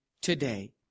Today